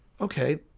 okay